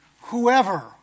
whoever